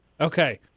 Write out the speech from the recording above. Okay